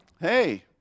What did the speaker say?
hey